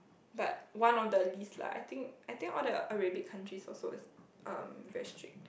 but one of the least lah I think I think all the Arabic countries also is um very strict